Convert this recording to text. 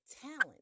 talent